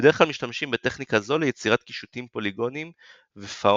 ובדרך כלל משתמשים בטכניקה זו ליצירת קישוטים פוליגונים ופאונים,